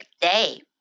day